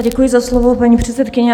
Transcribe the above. Děkuji za slovo, paní předsedkyně.